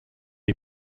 est